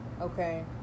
Okay